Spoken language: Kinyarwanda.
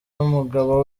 n’umugabo